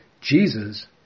Jesus